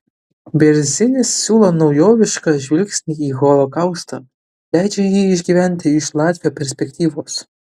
bėrzinis siūlo naujovišką žvilgsnį į holokaustą leidžia jį išgyventi iš latvio perspektyvos